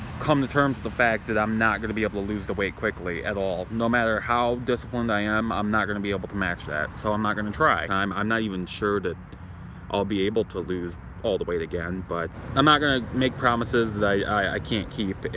coming to terms with the fact that i'm not gonna be able to lose the weight quickly, at all, no matter how disciplined i am, i'm not gonna be able to match that. so i'm not gonna try. i'm i'm not even sure that i'll be able to lose all the weight again, but i'm not gonna make promises that i can't keep.